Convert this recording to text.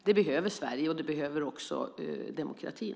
Det behöver Sverige, och det behöver också demokratin.